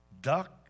duck